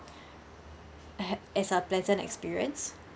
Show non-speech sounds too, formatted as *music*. *noise* as a pleasant experience